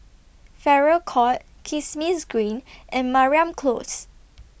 Farrer Court Kismis Green and Mariam Close